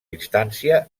instància